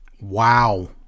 Wow